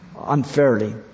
unfairly